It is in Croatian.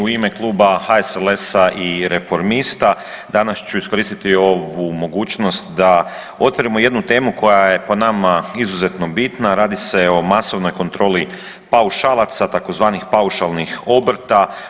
u ime Kluba HSLS-a i Reformista danas ću iskoristiti ovu mogućnost da otvorimo jednu temu koja je po nama izuzetno bitna, radi se o masovnoj kontroli paušalaca tzv. paušalnih obrta.